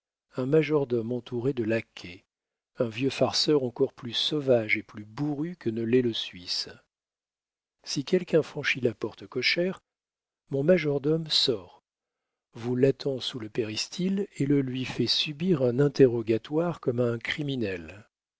un majordome entouré de laquais un vieux farceur encore plus sauvage et plus bourru que ne l'est le suisse si quelqu'un franchit la porte cochère mon majordome sort vous l'attend sous le péristyle et te lui fait subir un interrogatoire comme à un criminel